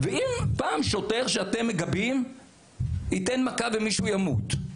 ואם פעם שוטר שאתם מגבים ייתן מכה ומישהו ימות?